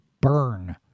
burn